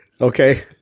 Okay